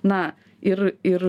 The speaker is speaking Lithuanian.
na ir ir